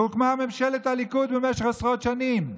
והוקמה ממשלת הליכוד למשך עשרות שנים.